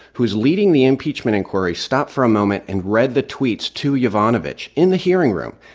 who is leading the impeachment inquiry, stopped for a moment and read the tweets to yovanovitch in the hearing room.